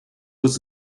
was